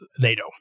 NATO